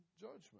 judgment